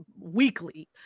Weekly